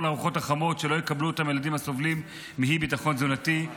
לארוחות החמות לילדים הסובלים מאי-ביטחון תזונתי,